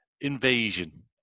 invasion